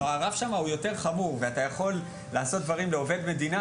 הרף שם הוא יותר חמור ואתה יכול לעשות דברים לעובד מדינה,